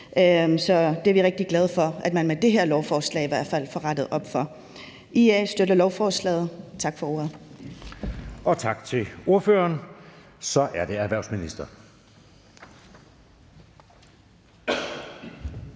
Så vi er rigtig glade for, at man med det her lovforslag i hvert fald får rettet op på det. IA støtter lovforslaget. Tak for ordet. Kl. 13:56 Den fg. formand (Jeppe Søe): Tak til ordføreren. Så er det erhvervsministeren.